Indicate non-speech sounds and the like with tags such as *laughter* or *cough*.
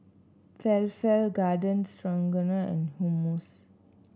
Falafel Garden *unintelligible* and Hummus